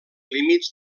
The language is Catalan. límits